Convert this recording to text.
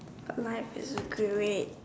life is great